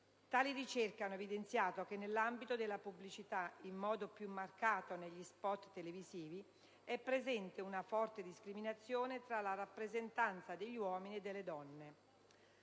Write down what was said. Tali ricerche hanno evidenziato che, nell'ambito della pubblicità, in modo più marcato negli spot televisivi, è presente una forte discriminazione tra la rappresentazione degli uomini e delle donne.